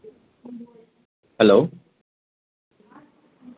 hello